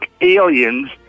aliens